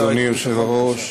אדוני היושב-ראש,